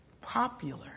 Popular